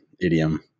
idiom